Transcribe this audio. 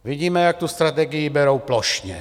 Vidíme, jak tu strategii berou plošně.